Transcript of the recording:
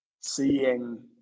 seeing